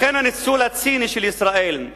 לכן, הניצול הציני של התמונות